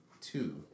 two